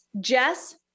Jess